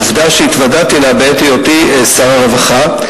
עובדה שהתוודעתי אליה בעת היותי שר הרווחה,